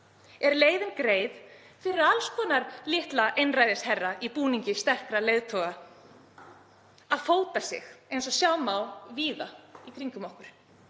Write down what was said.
er leiðin greið fyrir alls konar litla einræðisherra í búningi sterkra leiðtoga til að fóta sig, eins og sjá má víða í kringum okkur.